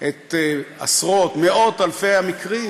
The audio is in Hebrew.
את עשרות או מאות אלפי המקרים